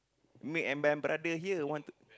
me I'm my brother here I want to